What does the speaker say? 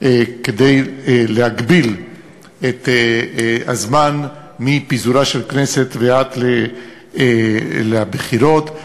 להגבלת הזמן מפיזורה של הכנסת ועד לבחירות,